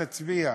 תצביע.